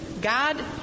God